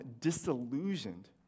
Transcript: disillusioned